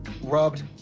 rubbed